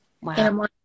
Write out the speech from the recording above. Wow